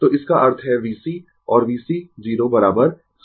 तो इसका अर्थ है VC और VC 0 100